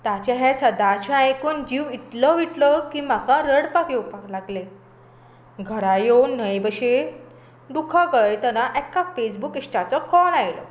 ताचें हें सदाचें आयकून जीव इतलो विटलो की म्हाका रडपाक येवपाक लागलें घरा येवन न्हंये भशेन दुकां गळयताना एका फॅसबूक इश्टाचो कॉल आयलो